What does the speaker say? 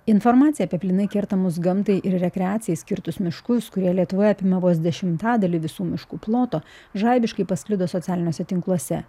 informacija apie plynai kertamus gamtai ir rekreacijai skirtus miškus kurie lietuvoje apima vos dešimtadalį visų miškų ploto žaibiškai pasklido socialiniuose tinkluose